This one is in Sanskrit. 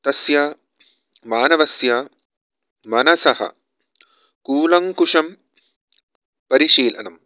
तस्य मानवस्य मनसः कूलङ्कुशं परिशीलनं